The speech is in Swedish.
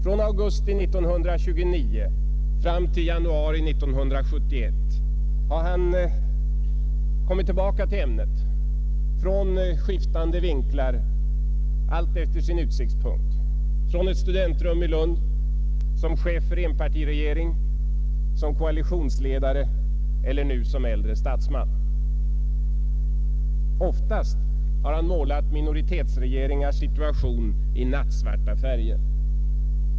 Från augusti 1929 fram till januari 1971 har han kommit tillbaka till ämnet — från skiftande vinklar och med olika bedömningar alltefter sin utsiktspunkt: från ett studentrum i Lund, som chef för enpartiregering, som koalitionsledare eller nu som äldre statsman. Oftast har han målat minoritetsregeringars situation i nattsvarta färger.